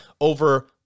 over